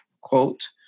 quote